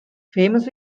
famous